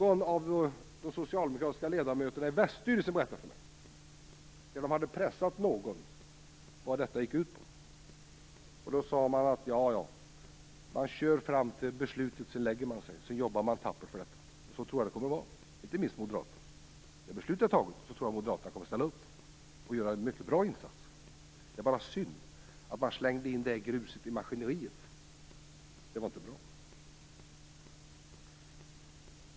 Detta har en av de socialdemokratiska ledamöterna i Väststyrelsen berättat för mig. Man hade pressat någon på vad det hela gick ut på, och vederbörande sade då: Ja, ja, man fortsätter fram till beslutet. Sedan lägger man sig och jobbar tappert för alternativet. Så tror jag att det kommer att bli med inte minst moderaterna. Jag tror att moderaterna kommer att ställa upp sedan beslutet är taget och göra en mycket bra insats. Det är bara synd att man slängt in grus i maskineriet.